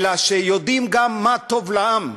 אלא שיודעים גם מה טוב לעם,